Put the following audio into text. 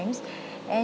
and